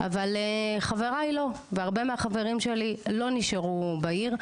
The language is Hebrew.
אבל חבריי לא והרבה מהחברים שלי לא נשארו בעיר.